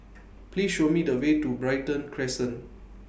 Please Show Me The Way to Brighton Crescent